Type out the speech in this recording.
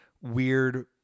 weird